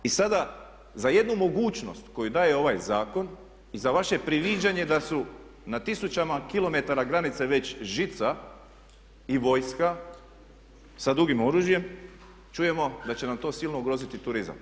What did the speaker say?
I sada za jednu mogućnost koju daje ovaj zakon i za vaše priviđanje da su na tisućama kilometara granice već žica i vojska sa dugim oružjem čujemo da će nam to silno ugroziti turizam.